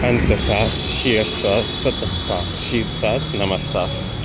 پَنٛژاہ ساس شیٹھ ساس سَتَتھ ساس شیٖتھ ساس نَمَتھ ساس